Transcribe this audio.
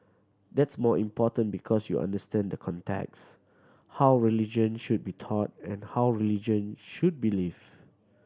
that's more important because you understand the context how religion should be taught and how religion should be lived